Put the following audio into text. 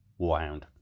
warhound